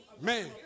man